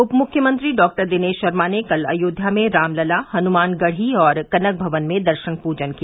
उपमुख्यमंत्री डॉक्टर दिनेश शर्मा ने कल अयोध्या में रामलला हनुमानगढ़ी और कनक भवन में दर्शन पूजन किया